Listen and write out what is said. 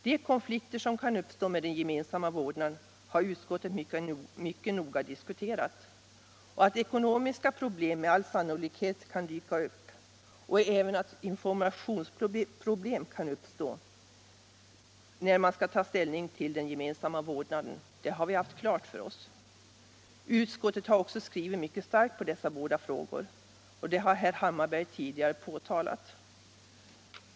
De konflikter som kan uppstå med den gemensamma vårdnaden har utskottet mycket noga diskuterat, och att ekonomiska problem med all sannolikhet kan dyka upp och även att informationsproblem kan uppstå när man skall ta ställning till den gemensamma vårdnaden har vi haft klart för oss. Utskottet har också skrivit mycket starkt på dessa båda frågor. Detta har herr Hammarberg tidigare redogjort för.